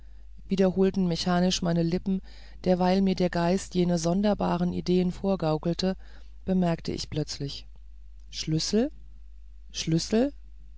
wiederholten mechanisch meine lippen derweilen mir der geist jene sonderbaren ideen vorgaukelte bemerkte ich plötzlich schlüssel schlüssel